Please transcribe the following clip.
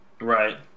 Right